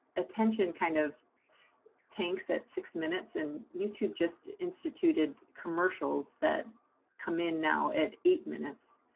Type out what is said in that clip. attention kind of tanks at six minutes and youtube just instituted commercials that come in now at eight minutes.